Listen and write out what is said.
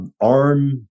Arm